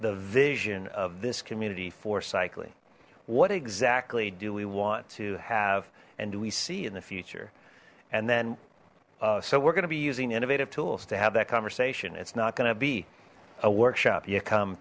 the vision of this community for cycling what exactly do we want to have and do we see in the future and then so we're going to be using innovative tools to have that conversation it's not going to be a workshop you come